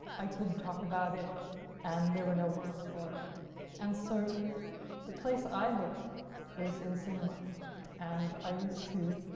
i couldn't talk about it and there were no words for it and so the place i looked was in cinema and i used to